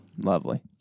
Lovely